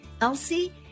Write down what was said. Elsie